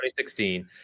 2016